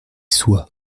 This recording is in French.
soit